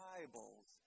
Bibles